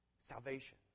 salvation